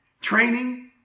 Training